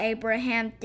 Abraham